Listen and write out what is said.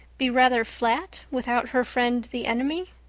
be rather flat without her friend the enemy?